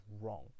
wrong